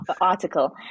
article